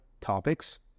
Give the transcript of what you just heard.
topics